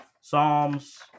Psalms